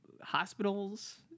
Hospitals